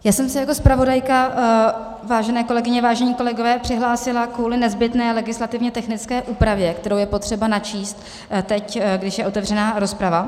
Já jsem se jako zpravodajka, vážené kolegyně, vážení kolegové, přihlásila kvůli nezbytné legislativně technické úpravě, kterou je potřeba načíst teď, když je otevřená rozprava.